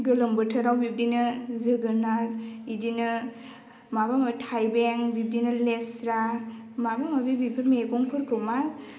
गोलोम बोथोराव बिब्दिनो जोगोनार इदिनो माबा माबि थाइबें बिब्दिनो लेस्रा माबा माबि बिफोर मेगंफोरखौ मा